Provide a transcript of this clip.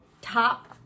top